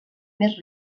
més